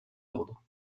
ordre